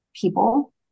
people